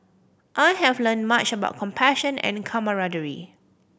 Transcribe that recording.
I have learned much about compassion and camaraderie